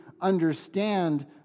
understand